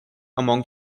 among